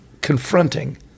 confronting